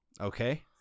Okay